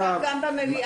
אפשר גם במליאה,